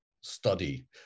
study